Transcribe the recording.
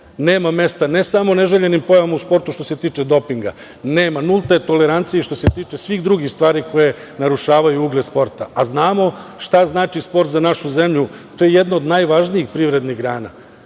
Nema mesta ne samo neželjenim pojavama u sportu, što se tiče dopinga, nema, nulta je tolerancija i što se tiče svih drugih stvari koje narušavaju ugled sporta. Znamo šta znači sport za našu zemlju. To je jedna od najvažnijih privrednih grana. Danas